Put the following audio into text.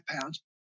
pounds